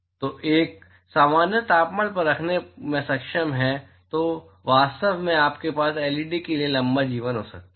तो एक सामान्य तापमान पर रखने में सक्षम है तो वास्तव में आपके पास एलईडी के लिए लंबा जीवन हो सकता है